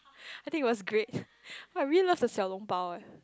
I think was great !wah! I really love the xiao-long-bao eh